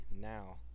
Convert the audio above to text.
now